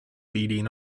beating